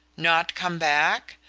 not come back?